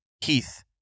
Keith